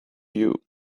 you